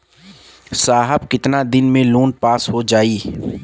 साहब कितना दिन में लोन पास हो जाई?